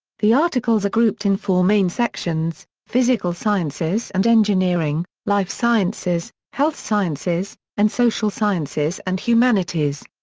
the articles are grouped in four main sections physical sciences and engineering, life sciences, health sciences, and social sciences and humanities.